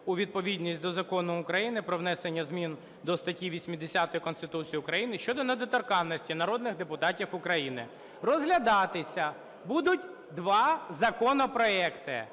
у відповідність до Закону України "Про внесення змін до статті 80 Конституції України щодо недоторканності народних депутатів України". Розглядатися будуть два законопроекти: